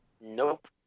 Nope